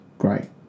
Great